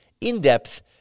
in-depth